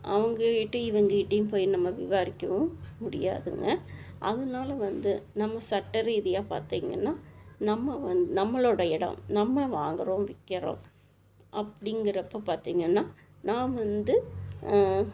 அவங்கக்கிட்டையும் இவங்கக்கிட்டையும் போயி நம்ம விவாரிக்கவும் முடியாதுங்க அதுனால் வந்து நம்ம சட்ட ரீதியாக பார்த்திங்கன்னா நம்ம வந் நம்மளோடய இடம் நம்ம வாங்கறோம் விற்கறோம் அப்படிங்கிறப்ப பார்த்திங்கன்னா நாம் வந்து